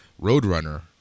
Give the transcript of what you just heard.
Roadrunner